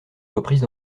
reprises